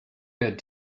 good